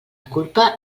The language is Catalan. culpa